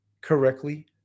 correctly